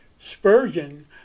Spurgeon